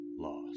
lost